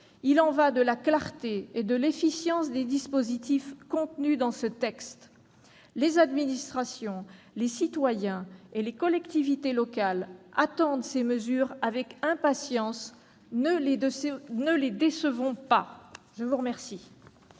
Il y va de la clarté et de l'efficience des dispositifs contenus dans ce texte. Les administrations, les citoyens et les collectivités locales attendent ces mesures avec impatience : ne les décevons pas ! La parole